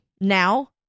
Now